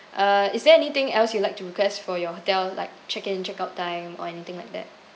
uh is there anything else you'd like to request for your hotel like check in check out time or anything like that